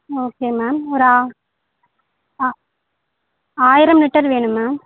okay ma'am ஒரு ஆ ஆ ஆயிரம் லிட்டர் வேணும் மேம்